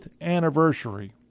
anniversary